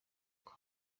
uko